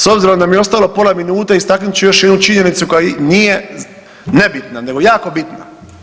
S obzirom da mi je ostalo pola minute istaknut ću još jednu činjenicu koja nije nebitna, nego jako bitna.